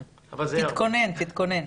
תתכונן, תתכונן.